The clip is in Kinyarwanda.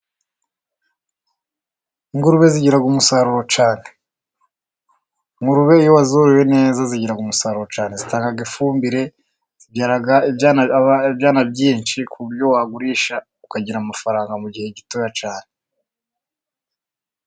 Ingurube zigira umusaruro cyane. Ingurube iyo wazoroye neza zigira umusaruro cyane. Zitanga ifumbire, zibyara ibyana byinshi, ku buryo wagurisha ukagira amafaranga mu gihe gitoya cyane.